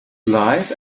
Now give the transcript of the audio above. life